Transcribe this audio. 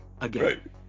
again